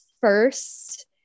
first